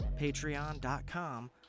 patreon.com